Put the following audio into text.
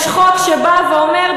יש חוק שבא ואומר,